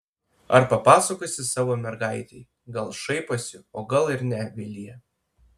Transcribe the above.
ar papasakosi savo mergaitei gal šaiposi o gal ir ne vilija